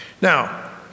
Now